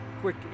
quick